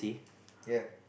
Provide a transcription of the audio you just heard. ya